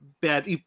bad